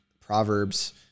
Proverbs